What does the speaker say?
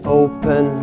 open